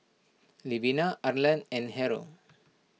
Levina Arlan and Harrold